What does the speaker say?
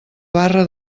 barra